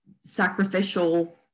sacrificial